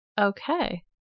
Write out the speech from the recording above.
Okay